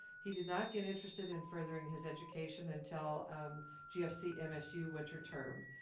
he did not get interested in furthering his education until um gfc msu winter term.